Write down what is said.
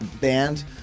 band